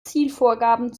zielvorgaben